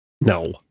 No